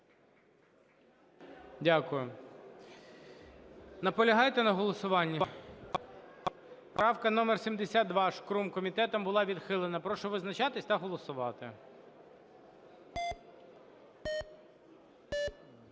Дякую. Наполягаєте на голосуванні? Правка номер 72, Шкрум, комітетом була відхилена. Прошу визначатись та голосувати.